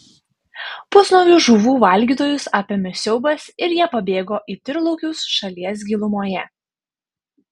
pusnuogius žuvų valgytojus apėmė siaubas ir jie pabėgo į tyrlaukius šalies gilumoje